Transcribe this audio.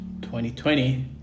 2020